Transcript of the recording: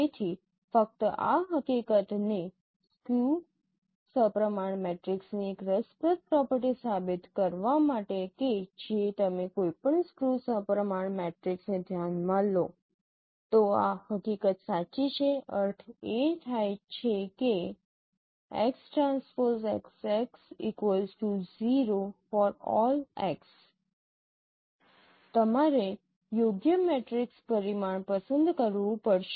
તેથી ફક્ત આ હકીકતને સ્ક્યૂ સપ્રમાણ મેટ્રિક્સની એક રસપ્રદ પ્રોપર્ટી સાબિત કરવા માટે કે જે તમે કોઈપણ સ્ક્યૂ સપ્રમાણ મેટ્રિક્સને ધ્યાનમાં લો તો આ હકીકત સાચી છે અર્થ એ થાય છે કે તમારે યોગ્ય મેટ્રિક્સ પરિમાણ પસંદ કરવું પડશે